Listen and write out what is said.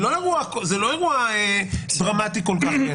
זה לא אירוע דרמטי כל-כך.